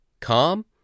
Calm